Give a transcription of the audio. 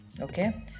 okay